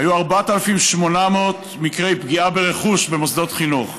היו 4,800 מקרי פגיעה ברכוש במוסדות חינוך.